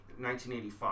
1985